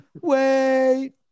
wait